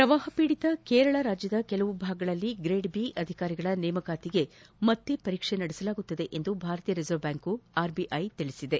ಪ್ರವಾಪ ಪೀಡಿತ ಕೇರಳದ ಕೆಲವು ಭಾಗಗಳಲ್ಲಿ ಗ್ರೇಡ್ ಬಿ ಅಧಿಕಾರಿಗಳ ನೇಮಕಾತಿಗೆ ಮತ್ತೆ ಪರೀಕ್ಷೆ ನಡೆಸಲಾಗುವುದು ಎಂದು ಭಾರತೀಯ ರಿಸರ್ವ್ ಬ್ಲಾಂಕ್ ಆರ್ಬಿಐ ತಿಳಿಸಿದೆ